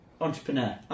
entrepreneur